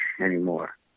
anymore